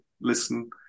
listen